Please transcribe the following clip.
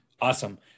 Awesome